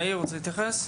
מאיר, אתה רוצה להתייחס?